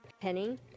penny